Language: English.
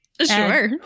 Sure